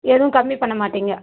எதுவும் கம்மி பண்ண மாட்டீங்க